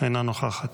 אינה נוכחת.